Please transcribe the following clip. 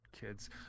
kids